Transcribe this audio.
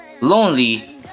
lonely